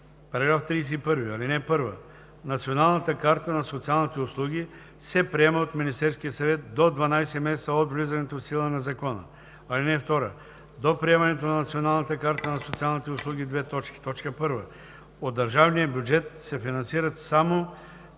става § 31: „§ 31. (1) Националната карта на социалните услуги се приема от Министерския съвет до 12 месеца от влизането в сила на Закона. (2) До приемането на Националната карта на социалните услуги: 1. от държавния бюджет се финансират само